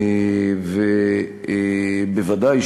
ובוודאי,